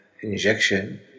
injection